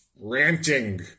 Ranting